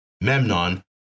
Memnon